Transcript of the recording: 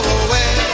away